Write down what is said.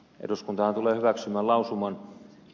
eduskuntahan tulee hyväksymään lausuman